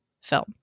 film